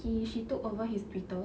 he she took over his twitter